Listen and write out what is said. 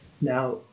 Now